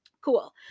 Cool